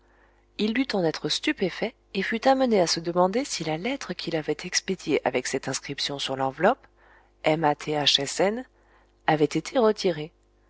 il dut en être stupéfait et fut amené à se demander si la lettre qu'il avait expédiée avec cette inscription sur l'enveloppe m a t h s n avait été retirée